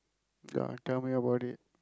go on tell me about it